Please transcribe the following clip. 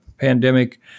pandemic